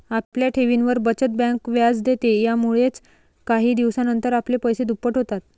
आपल्या ठेवींवर, बचत बँक व्याज देते, यामुळेच काही दिवसानंतर आपले पैसे दुप्पट होतात